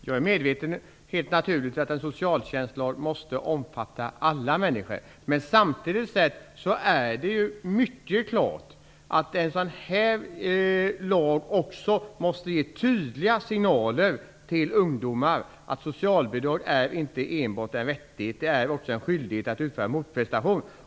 Fru talman! Jag är helt naturligt medveten om att en socialtjänstlag måste omfatta alla människor. Men det är samtidigt mycket klart att en sådan lag måste ge tydliga signaler till ungdomar att socialbidrag inte enbart är en rättighet. Det finns också en skyldighet att utföra en motprestation.